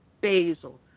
basil